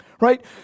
right